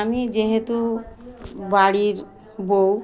আমি যেহেতু বাড়ির বউ